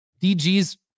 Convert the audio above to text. DG's